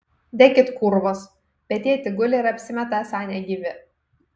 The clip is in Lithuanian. dekit kūrvos bet tie tik guli ir apsimeta esą negyvi